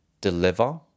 deliver